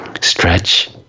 Stretch